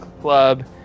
Club